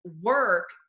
work